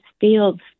fields